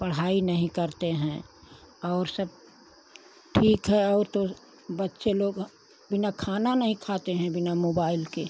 पढ़ाई नहीं करते हैं और सब ठीक है और तो बच्चे लोग बिना खाना नहीं खाते हैं बिना मोबाइल के